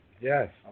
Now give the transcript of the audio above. Yes